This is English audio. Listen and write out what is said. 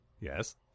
Yes